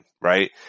right